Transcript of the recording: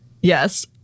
Yes